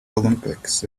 olympics